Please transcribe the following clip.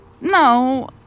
No